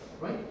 right